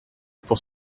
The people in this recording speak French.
pour